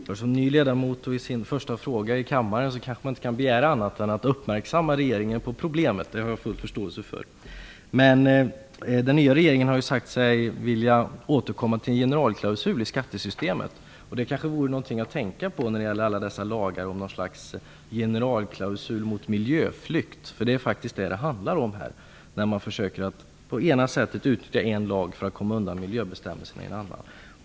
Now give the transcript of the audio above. Fru talman! Som ny ledamot och i min första frågedebatt i kammaren kanske jag inte kan begära annat än att göra regeringen uppmärksam på problemet. Det har jag full förståelse för. Den nya regeringen har sagt sig vilja återkomma till en generalklausul i skattesystemet. Ett slags generalklausul mot miljöflykt kanske vore någonting att tänka på när det gäller alla dessa lagar. Det är faktiskt miljöflykt det handlar om när man försöker utnyttja en lag för att komma undan miljöbestämmelserna i en annan.